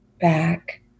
back